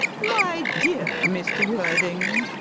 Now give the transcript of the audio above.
my dear mr. worthing,